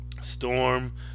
Storm